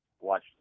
watch